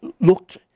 looked